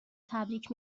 تبریک